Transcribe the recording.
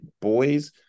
boys